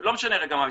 לא משנה רגע מה המספר,